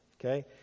okay